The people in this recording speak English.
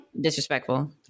Disrespectful